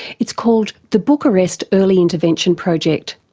it's called the bucharest early intervention project.